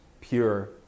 pure